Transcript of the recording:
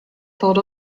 thought